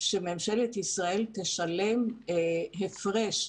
שממשלת ישראל תשלם הפרש,